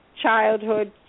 childhood